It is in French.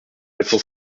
quatre